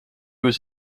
was